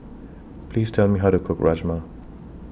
Please Tell Me How to Cook Rajma